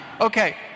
Okay